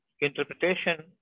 interpretation